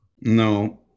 No